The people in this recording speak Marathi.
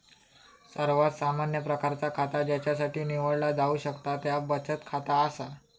सर्वात सामान्य प्रकारचा खाता ज्यासाठी निवडला जाऊ शकता त्या बचत खाता असा